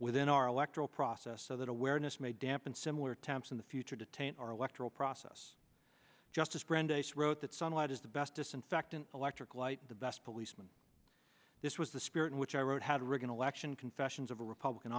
within our electoral process so that awareness may dampen similar temps in the future to taint our electoral process justice brandeis wrote that sunlight is the best disinfectant electric light the best policeman this was the spirit in which i wrote how to rig an election confessions of a republican